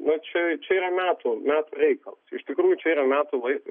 na čia čia yra metų metų reikalas iš tikrųjų čia yra metų laiko